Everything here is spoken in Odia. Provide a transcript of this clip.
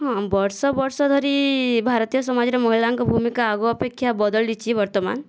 ହଁ ବର୍ଷ ବର୍ଷ ଧରି ଭାରତୀୟ ସମାଜରେ ମହିଳାଙ୍କ ଭୂମିକା ଆଗ ଅପେକ୍ଷା ବଦଳିଛି ବର୍ତ୍ତମାନ